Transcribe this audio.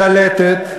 שלטת.